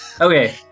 Okay